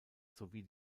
sowie